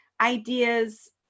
ideas